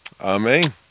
Amen